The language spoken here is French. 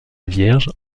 vierge